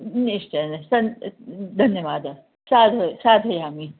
निश्चयेन सन् धन्यवादः साधय साधयामि